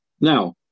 Now